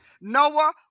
Noah